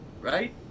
right